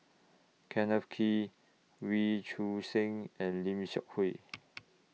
Kenneth Kee Wee Choon Seng and Lim Seok Hui